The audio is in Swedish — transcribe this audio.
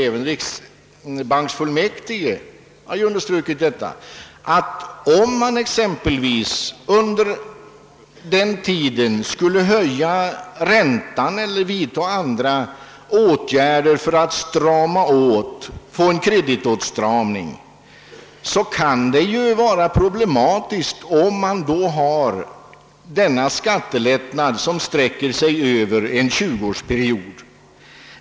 Även riksbanksfullmäktige har framhållit, att om vi under de 20 åren höjer räntan eller vidtar andra åtgärder för att få en kreditåtstramning, så kan det innebära problem att ha en skattelättnad som sträcker sig över en tjugoårsperiod.